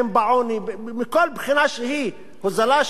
מכל בחינה שהיא הוזלה של תחבורה ציבורית